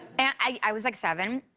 and i was like seven,